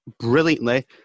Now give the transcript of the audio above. brilliantly